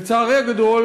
לצערי הגדול,